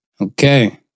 Okay